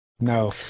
No